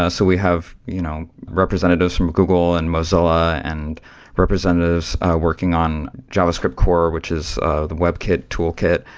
ah so we have you know representatives from google, and mozilla, and representatives working on javascript core, which is the webkit toolkit,